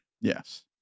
Yes